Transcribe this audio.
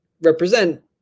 represent